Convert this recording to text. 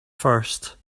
first